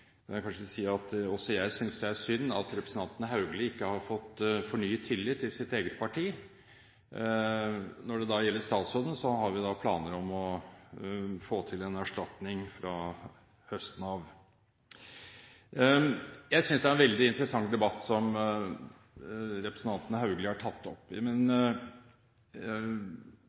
også jeg synes det er synd at representanten Haugli ikke har fått fornyet tillit i sitt eget parti. Når det gjelder statsrådene, har vi planer om å få til en erstatning fra høsten av. Jeg synes det er en veldig interessant debatt representanten Haugli har tatt opp. Men